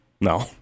no